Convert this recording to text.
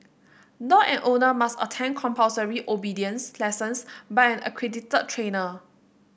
dog and owner must attend compulsory obedience lessons by an accredited trainer